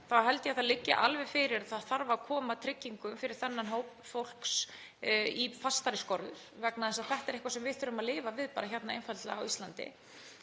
þá held ég að það liggi alveg fyrir að það þarf að koma tryggingum fyrir þennan hóp fólks í fastari skorður vegna þess að þetta er eitthvað sem við þurfum bara einfaldlega að lifa við